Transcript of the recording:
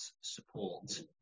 support